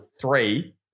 three